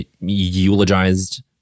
eulogized